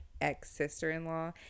ex-sister-in-law